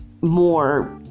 more